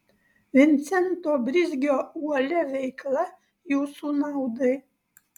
vincento brizgio uolia veikla jūsų naudai